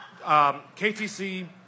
KTC